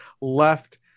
left